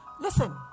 listen